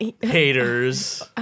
Haters